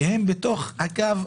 שהם בתוך הקו,